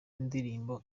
indirimbo